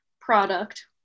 product